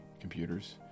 computers